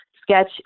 Sketch